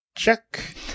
check